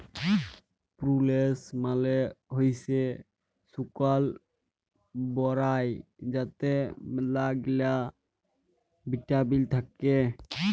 প্রুলেস মালে হইসে শুকল বরাই যাতে ম্যালাগিলা ভিটামিল থাক্যে